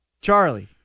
Charlie